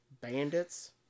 Bandits